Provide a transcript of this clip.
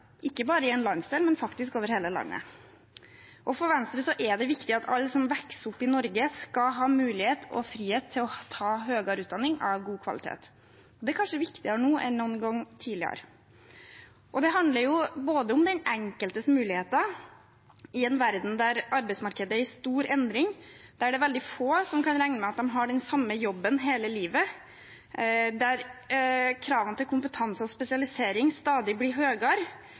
ikke bare i en landsdel, man faktisk over hele landet. For Venstre er det viktig at alle som vokser opp i Norge, skal ha mulighet og frihet til å ta høyere utdanning av god kvalitet. Det er kanskje viktigere nå enn noen gang tidligere. Det handler om den enkeltes muligheter. I en verden der arbeidsmarkedet er i stor endring, der det er veldig få som kan regne med at de har den samme jobben hele livet, der kravene til kompetanse og spesialisering stadig blir